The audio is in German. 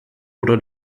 oder